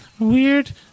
Weird